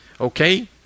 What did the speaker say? okay